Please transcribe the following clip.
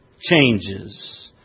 changes